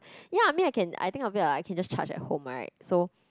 ya I mean I can I think of it I can just charge at home right so